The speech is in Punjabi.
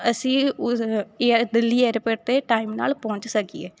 ਅਸੀਂ ਉਸ ਏਅਰ ਦਿੱਲੀ ਏਅਰਪੋਟ 'ਤੇ ਟਾਈਮ ਨਾਲ਼ ਪਹੁੰਚ ਸਕੀਏ